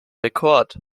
rekord